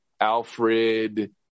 Alfred